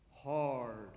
hard